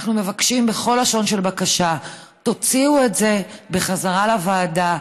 אנחנו מבקשים בכל לשון בקשה: תוציאו את זה בחזרה לוועדה.